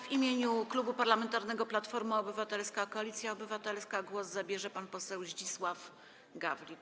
W imieniu Klubu Parlamentarnego Platforma Obywatelska - Koalicja Obywatelska głos zabierze pan poseł Zdzisław Gawlik.